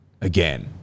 Again